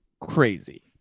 crazy